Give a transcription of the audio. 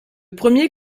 premier